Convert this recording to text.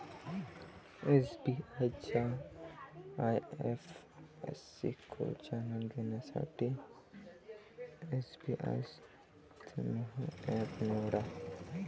SBI चा IFSC code जाणून घेण्यासाठी एसबइस्तेमहो एप निवडा